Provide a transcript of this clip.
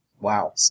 Wow